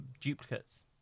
duplicates